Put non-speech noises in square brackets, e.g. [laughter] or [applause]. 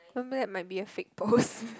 that might be a fake post [laughs]